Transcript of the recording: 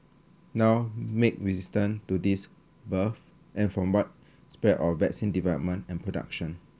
now make resistant to this birth and from widespread of vaccine development and production